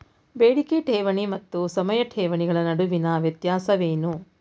ಬೇಡಿಕೆ ಠೇವಣಿ ಮತ್ತು ಸಮಯ ಠೇವಣಿಗಳ ನಡುವಿನ ವ್ಯತ್ಯಾಸವೇನು?